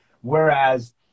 Whereas